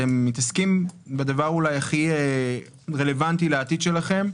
אתם מתעסקים בדבר אולי הכי רלוונטי לעתיד שלכם.